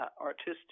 artistic